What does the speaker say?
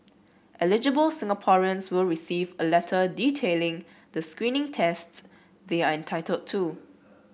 eligible Singaporeans will receive a letter detailing the screening tests they are entitled to